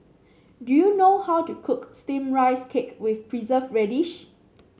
do you know how to cook steamed Rice Cake with preserve radish